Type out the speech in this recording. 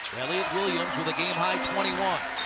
elliot williams with a game high twenty one.